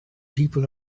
people